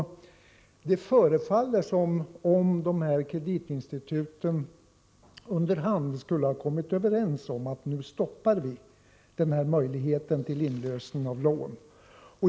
Det förefaller som om dessa kreditinstitut under hand skulle ha kommit överens om att stoppa möjligheten till inlösen av lån.